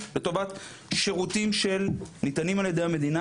לטובת שירותים שניתנים על ידי המדינה,